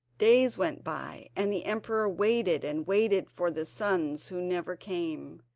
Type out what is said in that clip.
days went by, and the emperor waited and waited for the sons who never came,